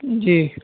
جی